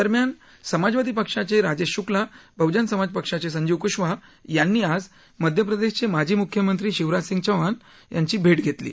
दरम्यान समाजवादी पक्षाचे राजेश शुक्लाबहुजन समाज पक्षाचे संजीव कुशवाह यांनी आज मध्यप्रदेशचे माजी मुख्यमंत्री शिवराजसिंग चौहान यांची भेट घेतली